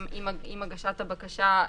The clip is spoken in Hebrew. עם הגשת הבקשה,